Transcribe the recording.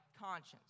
conscience